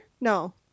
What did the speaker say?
No